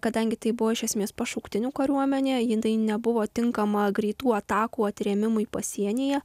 kadangi tai buvo iš esmės pašauktinių kariuomenė jinai nebuvo tinkama greitų atakų atrėmimui pasienyje